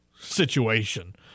situation